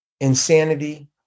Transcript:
insanity